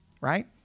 right